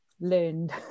learned